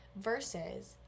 Versus